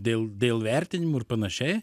dėl dėl vertinimų ir panašiai